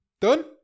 done